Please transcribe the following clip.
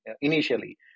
initially